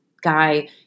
guy